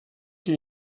que